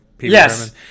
Yes